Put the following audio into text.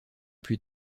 plus